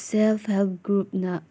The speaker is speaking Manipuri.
self help ꯒ꯭ꯔꯨꯞꯅ